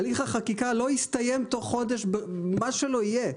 הליך החקיקה לא יסתיים בתוך חודש, מה שלא יהיה.